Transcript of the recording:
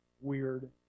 weird